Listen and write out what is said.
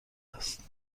است